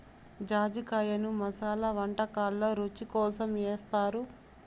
జాజికాయను మసాలా వంటకాలల్లో రుచి కోసం ఏస్తారు